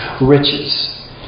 riches